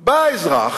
בא אזרח